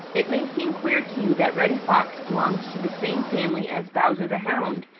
it may seem queer to you that reddy fox belongs to the same family as bowser the hound,